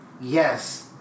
Yes